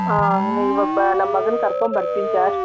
ಹಾಂ ಇವಾಗ ನಮ್ಮ ಮಗನ್ನ ಕರ್ಕೊಂಡ್ ಬರ್ತೀನಿ ಸರ್